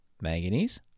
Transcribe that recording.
manganese